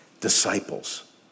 disciples